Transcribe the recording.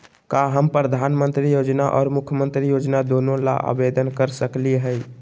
का हम प्रधानमंत्री योजना और मुख्यमंत्री योजना दोनों ला आवेदन कर सकली हई?